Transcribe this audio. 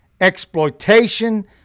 exploitation